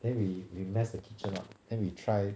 then we we mess the kitchen up then we try